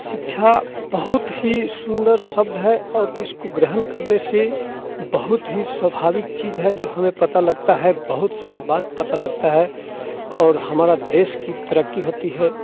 शिक्षा बहुत ही सुंदर शब्द है और इसको ग्रहण करने से बहुत ही स्वभाविक चीज है जो हमें पता लगता है बहुत सारा बात पता लगता है और हमारा देश की तरक्की होती है